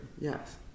Yes